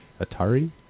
Atari